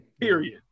Period